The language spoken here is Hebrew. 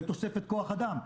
לתוספת כוח אדם,